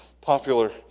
popular